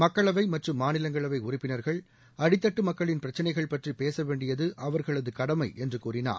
மக்களவை மற்றம் மாநிலங்களவை உறுப்பினர்கள் அடித்தட்டு மக்களின் பிரச்சினைகள் பற்றி பேசவேண்டியது அவர்களது கடமை என்று கூறினார்